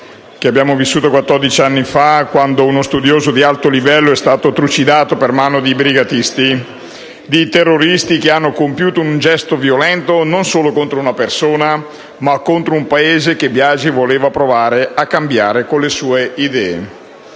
abbiamo vissuto quattordici anni fa, quando uno studioso di alto livello è stato trucidato per mano di brigatisti, di terroristi che hanno compiuto un gesto violento non solo contro una persona, ma contro un Paese che Biagi voleva provare a cambiare con le sue idee.